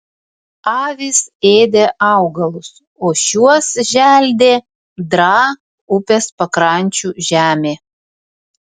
avys ėdė augalus o šiuos želdė draa upės pakrančių žemė